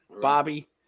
Bobby